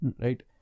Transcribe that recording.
right